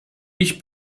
ich